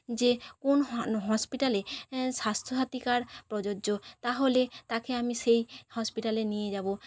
যে কোন হসপিটালে স্বাস্থ্যসাথী কার্ড প্রযোজ্য তাহলে তাকে আমি সেই হসপিটালে নিয়ে যাব